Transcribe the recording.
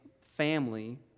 family